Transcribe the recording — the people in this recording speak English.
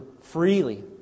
freely